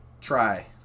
try